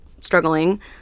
struggling